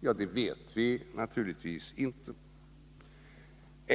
vet vi naturligtvis inte.